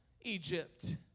Egypt